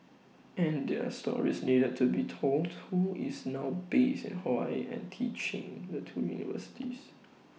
and their stories needed to be told who is now based in Hawaii and teaching the two universities